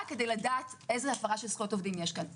כדי לדעת איזו הפרה של זכויות עובדים יש כאן.